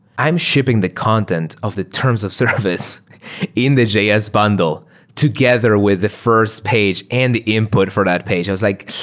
i am shipping the content of the terms of service in the js bundle together with the first page and the input for that page. i was like,